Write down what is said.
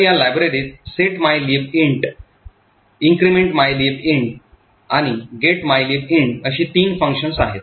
तर या लायब्ररीत set mylib int increment mylib int आणि get mylib int अशी तीन फंक्शन्स आहेत